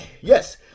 Yes